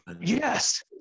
Yes